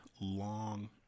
long